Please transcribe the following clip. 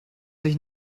sich